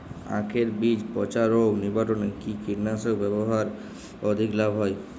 আঁখের বীজ পচা রোগ নিবারণে কি কীটনাশক ব্যবহারে অধিক লাভ হয়?